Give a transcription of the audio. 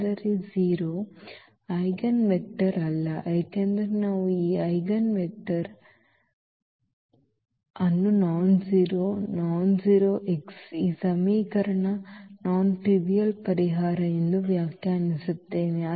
ಆದರೆ 0 ಐಜೆನ್ವೆಕ್ಟರ್ ಅಲ್ಲ ಏಕೆಂದರೆ ನಾವು ಈಜೆನ್ವೆಕ್ಟರ್ ಅನ್ನು ನಾನ್ಜೆರೋ ನಾನ್ಜೆರೋ x ಈ ಸಮೀಕರಣದ ಕ್ಷುಲ್ಲಕವಲ್ಲದ ಪರಿಹಾರ ಎಂದು ವ್ಯಾಖ್ಯಾನಿಸುತ್ತೇವೆ